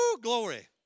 Glory